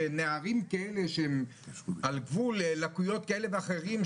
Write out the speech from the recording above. שנערים כאלה שהם על גבול לקויות כאלה ואחרות,